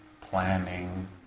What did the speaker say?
planning